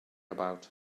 about